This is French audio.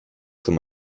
comme